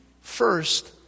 first